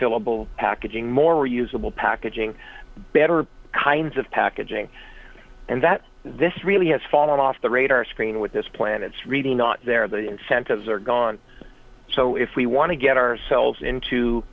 refillable packaging more usable packaging better kinds of packaging and that this really has fallen off the radar screen with this plan it's reading not there the incentives are gone so if we want to get ourselves into